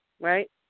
Right